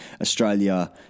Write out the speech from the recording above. Australia